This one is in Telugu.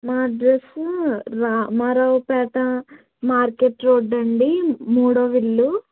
మా అడ్రస్సు రామారావు పేట మార్కెట్ రోడ్డండి మూడో ఇల్లు